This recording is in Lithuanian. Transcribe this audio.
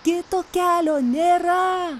kito kelio nėra